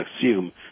assume